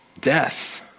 Death